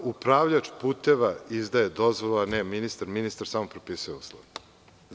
Upravljač puteva izdaje dozvole, a ne ministar, ministar samo propisuje uslove.